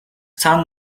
цаана